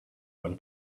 when